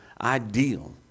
ideal